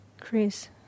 Chris